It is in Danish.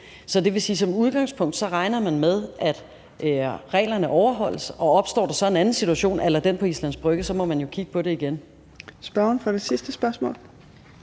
Så det vil sige, at som udgangspunkt regner man med, at reglerne overholdes, og opstår der så en anden situation a la den på Islands Brygge, må man jo kigge på det igen.